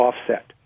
offset